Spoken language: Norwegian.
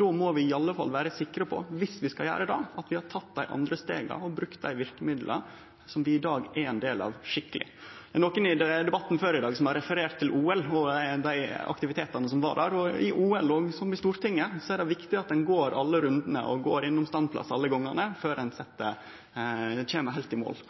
Då må vi i alle fall vere sikre på, viss vi skal gjere det, at vi har teke dei andre stega og brukt dei verkemidla som vi i dag er ein del av, skikkeleg. I debatten før i dag var det nokon som refererte til OL og dei aktivitetane som var der. I OL som i Stortinget er det viktig at ein går alle rundane og går innom standplass alle gongane, før ein kjem heilt i mål.